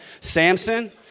Samson